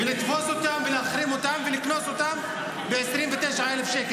ולתפוס אותם ולהחרים אותם ולקנוס אותם ב-29,000 שקל.